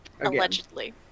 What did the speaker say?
Allegedly